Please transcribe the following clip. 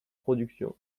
production